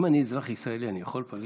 אם אני אזרח ישראלי, אני יכול?